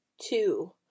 two